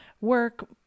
work